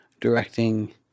directing –